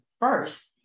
first